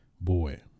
boy